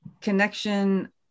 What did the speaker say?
connection